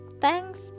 Thanks